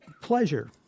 pleasure